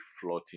floating